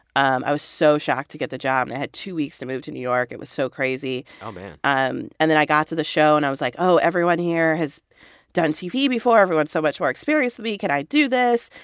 um i was so shocked to get the job, and i had two weeks to move to new york. it was so crazy oh, man um and then i got to the show and i was like, oh, everyone here has done tv before. everyone's so much more experienced than me. can i do this?